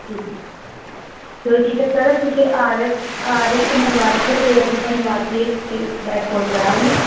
ਠੀਕ ਹੈ ਚਲੋ ਠੀਕ ਹੈ ਸਰ ਅਸੀਂ ਫਿਰ ਆ ਰਹੇ ਆ ਰਹੇ ਘੁੰਮਣ ਵਾਸਤੇ ਅਤੇ ਫਿਰ ਅਸੀਂ ਤੁਹਾਨੂੰ ਆ ਕੇ ਫਿਰ ਬੈਕ ਕੋਲ ਕਰਾਂਗੇ